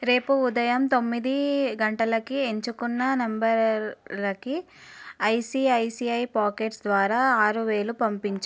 రేపు ఉదయం తొమ్మిది గంటలకి ఎంచుకున్న నంబర్లకి ఐసిఐసిఐ పాకెట్స్ ద్వారా ఆరువేలు పంపించు